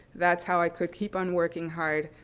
that's how i could keep on working hard,